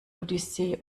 odyssee